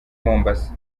mombasa